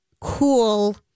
cool